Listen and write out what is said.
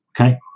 Okay